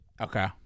Okay